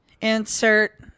Insert